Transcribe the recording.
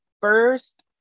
first